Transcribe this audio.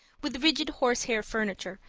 with rigid horsehair furniture,